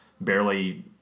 barely